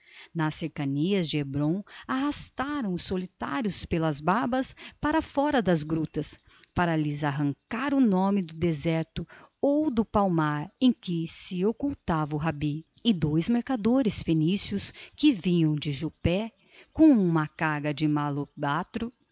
nas cercanias de hébron arrastaram os solitários pelas barbas para fora das grutas para lhes arrancar o nome do deserto ou do palmar em que se ocultava o rabi e dois mercadores fenícios que vinham de jope com uma carga de malóbatro